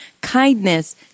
kindness